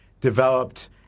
developed